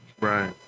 Right